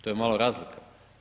To je malo razlika.